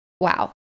Wow